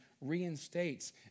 reinstates